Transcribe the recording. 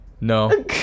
No